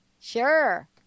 Sure